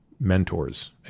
mentors